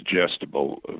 suggestible